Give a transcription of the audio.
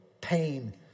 pain